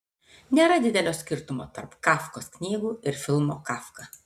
nėra didelio skirtumo tarp kafkos knygų ir filmo kafka